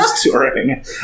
touring